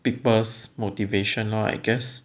people's motivational lor I guess